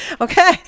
Okay